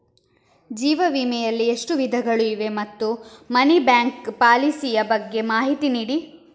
ಜೀವ ವಿಮೆ ಯಲ್ಲಿ ಎಷ್ಟು ವಿಧಗಳು ಇವೆ ಮತ್ತು ಮನಿ ಬ್ಯಾಕ್ ಪಾಲಿಸಿ ಯ ಬಗ್ಗೆ ಮಾಹಿತಿ ನೀಡಿ?